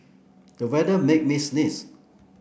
the weather made me sneeze